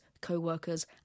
co-workers